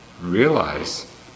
realize